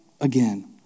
again